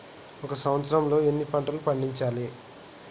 ఒక సంవత్సరంలో ఎన్ని పంటలు పండించాలే?